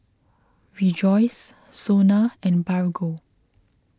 Rejoice Sona and Bargo